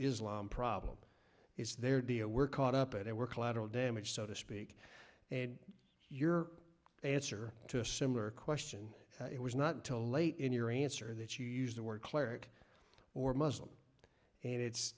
problem is they were caught up in they were collateral damage so to speak and your answer to a similar question it was not until late in your answer that you use the word clerk or muslim and it's